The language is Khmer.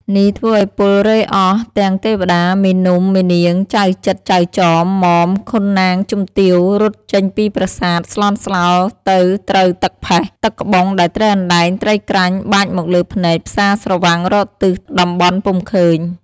នេះធ្វើឱ្យពលរេហ៍អស់ ទាំងទេវតា មេនំ មេនាង ចៅជិត ចៅចម ម៉ម ខុនណាងជំទាវ រត់ចេញពីប្រាសាទ ស្លន់ស្លោទៅត្រូវទឹកផេះ ទឹកក្បុងដែលត្រីអណ្តែងត្រីក្រាញ់បាចមកលើភ្នែកផ្សាស្រវាំងរកទិសតំបន់ពុំឃើញ។